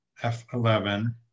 f11